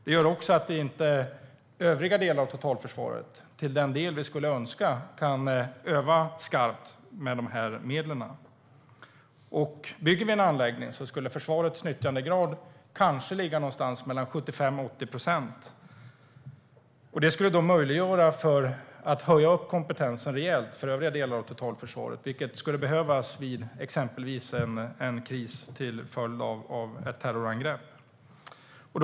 Det gör också att övriga delar av totalförsvaret inte till den grad vi skulle önska kan öva skarpt med de här medlen. Bygger vi en anläggning skulle försvarets nyttjandegrad kanske ligga på mellan 75 och 80 procent. Det skulle möjliggöra en rejäl höjning av kompetensen för övriga delar av totalförsvaret, vilket skulle behövas vid exempelvis en kris till följd av ett terrorangrepp.